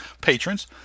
patrons